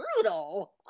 brutal